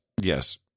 Yes